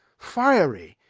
fiery?